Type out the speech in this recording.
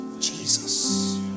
Jesus